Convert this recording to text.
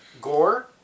Gore